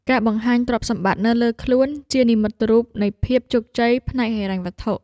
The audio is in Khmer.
ការបង្ហាញទ្រព្យសម្បត្តិនៅលើខ្លួន ជានិមិត្តរូបនៃភាពជោគជ័យផ្នែកហិរញ្ញវត្ថុ។